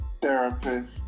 therapist